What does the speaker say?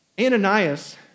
Ananias